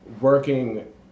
working